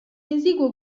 esiguo